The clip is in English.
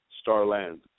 Starland